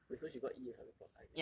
wait so she got E in her report card is it